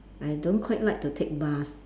I don't quite like to take bus